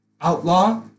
outlaw